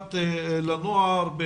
משפט לנוער ב